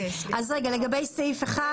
לגבי סעיף (1)